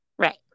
Right